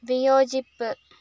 വിയോചിപ്പ്